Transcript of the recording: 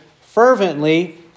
fervently